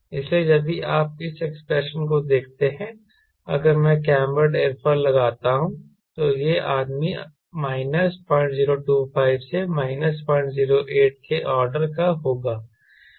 इसलिए यदि आप इस एक्सप्रेशन को देखते हैं अगर मैं कैंबर्ड एयरोफॉयल लगाता हूं तो यह आदमी माइनस 0025 से माइनस 008 के ऑर्डर का होगा